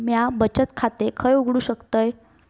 म्या बचत खाते खय उघडू शकतय?